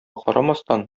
карамастан